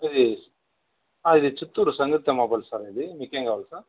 ఇది Chittoor Sangeetha mobiles sir ఇది మీకేం కావాలి సార్